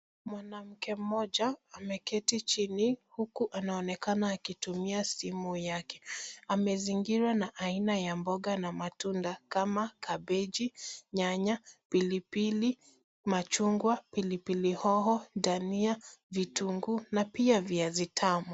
Mwanamke mmoja ameketi chini huku anaonekana akitumia simu yake. Amezigirwa na aina ya mboga na matunda kama kabeji, nyanya, pilipili, machungwa, pilipili hoho, dania, vitunguu na pia viazi tamu.